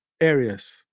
areas